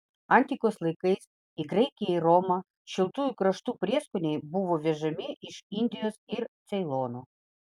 antikos laikais į graikiją ir romą šiltųjų kraštų prieskoniai buvo vežami iš indijos ir ceilono